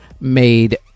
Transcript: made